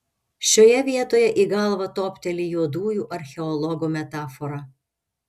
šioje vietoje į galvą topteli juodųjų archeologų metafora